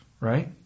Right